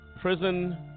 prison